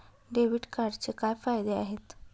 Debit कार्डचे काय फायदे आहेत?